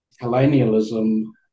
colonialism